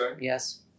Yes